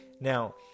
now